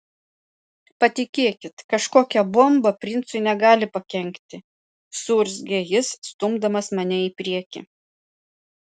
patikėkit kažkokia bomba princui negali pakenkti suurzgė jis stumdamas mane į priekį